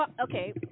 Okay